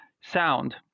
sound